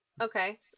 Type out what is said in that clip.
okay